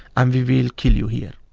um we will kill you here.